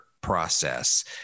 process